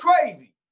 crazy